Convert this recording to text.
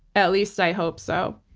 at least i hope so.